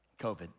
COVID